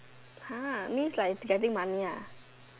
!huh! means like she's getting money ah